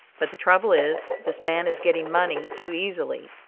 but the trouble is, this man is getting money too easily.